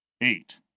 eight